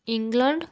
England